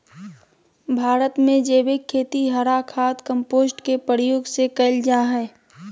भारत में जैविक खेती हरा खाद, कंपोस्ट के प्रयोग से कैल जा हई